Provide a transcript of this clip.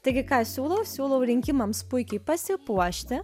taigi ką siūlau siūlau rinkimams puikiai pasipuošti